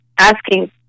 asking